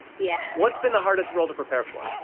yeah. what's been the hardest role to prepare for?